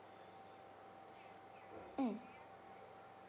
mm